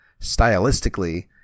stylistically